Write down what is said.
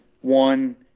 One